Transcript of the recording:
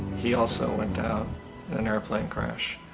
he also and down in an airplane crash,